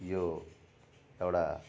यो एउटा